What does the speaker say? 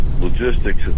logistics